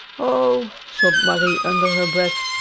oh, sobbed marie under her breath,